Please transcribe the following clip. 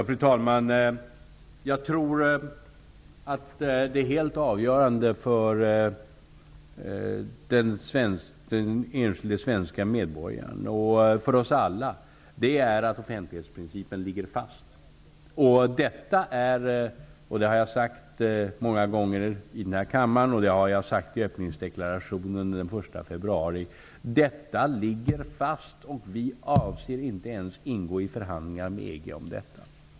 Fru talman! Jag tror att det helt avgörande för den enskilde svenske medborgaren, och för oss alla, är att offentlighetsprincipen ligger fast. Jag har många gånger, i kammaren och i öppningsdeklarationen den 1 februari, sagt: Detta ligger fast, och vi avser inte att ingå i förhandlingar med EG om detta.